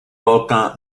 volcan